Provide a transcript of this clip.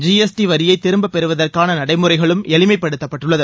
GST வரியை திரும்பப் பெறுவதற்கான நடைமுறைகளும் எளிமைப்படுத்தப்பட்டுள்ளது